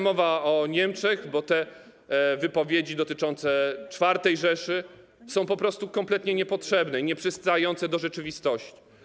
Mowa o Niemczech, bo wypowiedzi dotyczące IV Rzeszy są po prostu kompletnie niepotrzebne i nieprzystające do rzeczywistości.